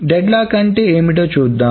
deadlock అంటే ఏంటో చూద్దాం